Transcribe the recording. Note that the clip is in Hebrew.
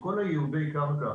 כל ייעודי הקרקע